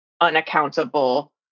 unaccountable